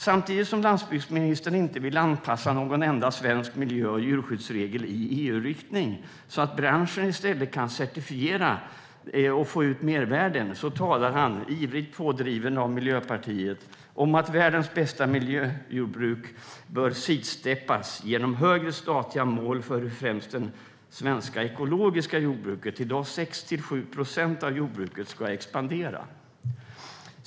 Samtidigt som landsbygdsministern inte vill anpassa någon enda svensk miljö och djurskyddsregel i EU-riktning, så att branschen i stället kan certifiera och få ut mervärden, talar han, ivrigt pådriven av Miljöpartiet, om att världens bästa miljöjordbruk bör sidsteppas genom högre statliga mål för att främst det svenska ekologiska jordbruket - i dag 6-7 procent av jordbruket - ska expandera.